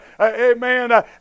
Amen